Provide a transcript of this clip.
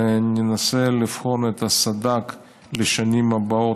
וננסה לבחון את הסד"כ לשנים הבאות,